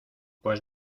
pues